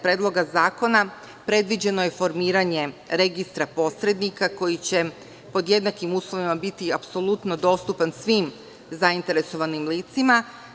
Predloga zakona, predviđeno je formiranje registra posrednika koji će pod jednakim uslovima biti apsolutno dostupan svim zainteresovanim licima.